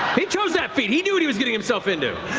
he chose that feat, he knew what he was getting himself into!